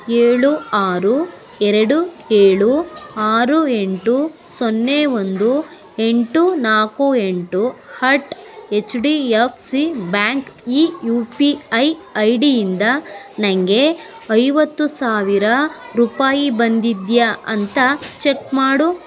ಏಳು ಆರು ಎರಡು ಏಳು ಆರು ಎಂಟು ಸೊನ್ನೆ ಒಂದು ಎಂಟು ನಾಲ್ಕು ಎಂಟು ಹಟ್ H D F C bank ಈ ಯು ಪಿ ಐ ಐ ಡಿಯಿಂದ ನನಗೆ ಐವತ್ತು ಸಾವಿರ ರೂಪಾಯಿ ಬಂದಿದೆಯಾ ಅಂತ ಚೆಕ್ ಮಾಡು